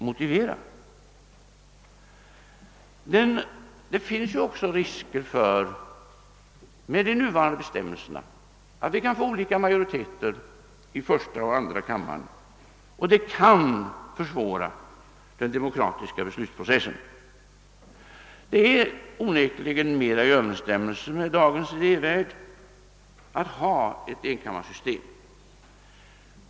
Med de nuvarande bestämmelserna finns det också risk för att vi får olika majoriteter i första och andra kammaren, och det kan försvåra den demokratiska beslutsprocessen. Det är onekligen mer i överensstämmelse med dagens idévärld att ha ett enkammarsystem.